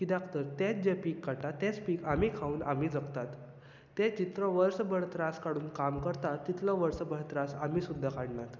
कित्याक तर तेच जें पीक काडटा तेंच पीक आमी खावून आमी जगतात ते चित्र वर्स भर त्रास काडून काम करतात तितलो वर्सभर त्रास आमी सुद्दां काडनात